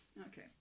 Okay